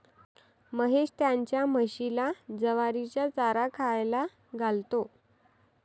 महेश त्याच्या म्हशीला ज्वारीचा चारा खायला घालतो